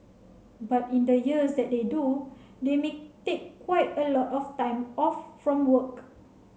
but in the years that they do they may take quite a lot of time off from work